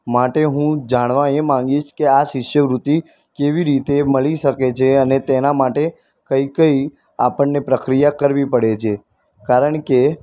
માટે હું જાણવા એ માગીશ કે આ શિષ્યવૃત્તિ કેવી રીતે મળી શકે છે અને તેના માટે કઈ કઈ આપણને પ્રક્રિયા કરવી પડે છે કારણકે